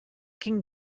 quin